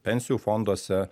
pensijų fonduose